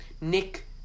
Nick